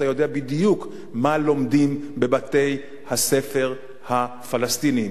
אתה יודע בדיוק מה לומדים בבתי-הספר הפלסטיניים,